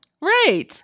right